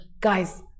guys